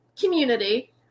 community